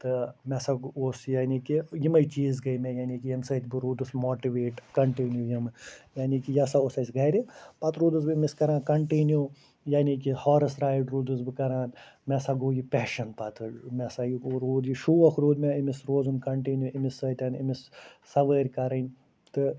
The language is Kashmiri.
تہٕ مےٚ ہسا گ اوس یعنی کہِ یِمَے چیٖز گٔے مےٚ یعنے کہِ ییٚمہِ سۭتۍ بہٕ روٗدُس مواٹِویٹ کَنٹِنِو یِم یعنی کہِ یہِ ہسا اوس اسہِ گھرِ پَتہٕ روٗدُس بہٕ أمِس کران کَنٹِنِو یعنی کہِ ہارٕس رایِڈ روٗدُس بہٕ کران مےٚ ہسا گوٚو یہِ پیشَن پَتہٕ مےٚ ہسا یہِ روٗد یہِ شوق روٗد مےٚ أمِس روزُن کَنٹِنِو أمِس سۭتۍ أمِس سَوٲرۍ کَرٕنۍ تہٕ